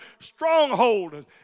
stronghold